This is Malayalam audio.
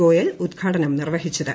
ഗോയൽ ഉദ്ഘാടനം നിർവ്വഹിച്ചുത്